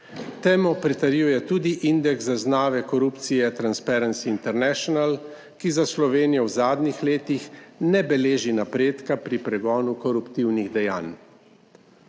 Temu pritrjuje tudi indeks zaznave korupcije Transparency International, ki za Slovenijo v zadnjih letih ne beleži napredka pri pregonu koruptivnih dejanj.